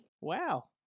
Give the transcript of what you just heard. Wow